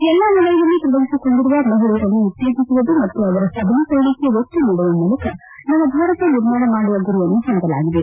ಎಲ್ಲ ವಲಯದಲ್ಲಿ ತೊಡಗಿಸಿಕೊಂಡಿರುವ ಮಹಿಳೆಯರನ್ನು ಉತ್ತೇಜಿಸುವುದು ಮತ್ತು ಅವರ ಸಬಲೀಕರಣಕ್ಕೆ ಒತ್ತು ನೀಡುವ ಮೂಲಕ ನವಭಾರತ ನಿರ್ಮಾಣ ಮಾಡುವ ಗುರಿಯನ್ನು ಹೊಂದಲಾಗಿದೆ